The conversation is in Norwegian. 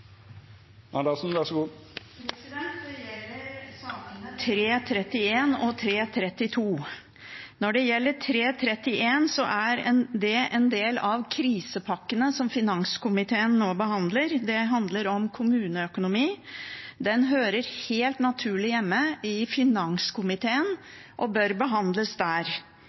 Andersen har bedt om ordet. Det gjelder 331 og 332. Når det gjelder 331, er det en del av krisepakkene som finanskomiteen nå behandler. Det handler om kommuneøkonomi. Den hører helt naturlig hjemme i finanskomiteen og bør behandles der.